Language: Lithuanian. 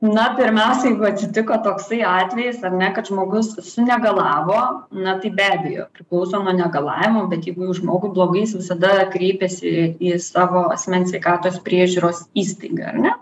na pirmiausia jeigu atsitiko toksai atvejis ar ne kad žmogus sunegalavo na tai be abejo priklauso nuo negalavimų bet jeigu žmogų blogai jis visada kreipiasi į į savo asmens sveikatos priežiūros įstaigą ar ne